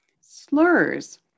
slurs